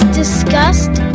discussed